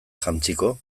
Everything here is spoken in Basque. jantziko